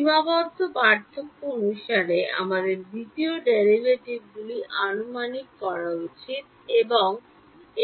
সীমাবদ্ধ পার্থক্য অনুসারে আমাদের দ্বিতীয় ডেরাইভেটিভগুলি আনুমানিক করা উচিত এবং